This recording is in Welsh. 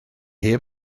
heb